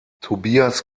tobias